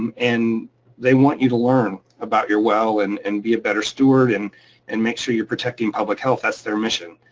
um and they want you to learn about your well and and be a better steward and and make sure you're protecting public health. that's their mission,